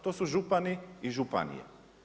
To su župani i županije.